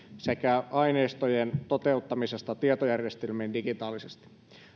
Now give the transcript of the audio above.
sekä aineistojen toteuttamisesta tietojärjestelmiin digitaalisesti